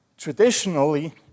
Traditionally